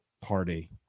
party